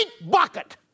bucket